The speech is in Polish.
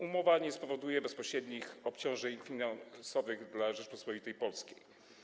Umowa nie spowoduje bezpośrednich obciążeń finansowych dla Rzeczypospolitej Polskiej.